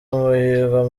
umuhigo